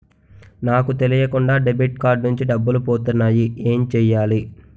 నాకు తెలియకుండా debit card నుంచి డబ్బులు పోతున్నాయి ఎం చెయ్యాలి?